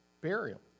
burial